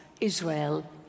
Israel